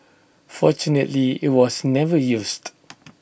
fortunately IT was never used